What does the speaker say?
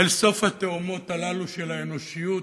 אל סוף התהומות הללו של האנושיות?